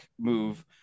move